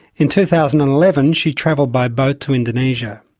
in two thousand and eleven she travelled by boat to indonesia.